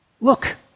Look